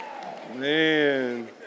Man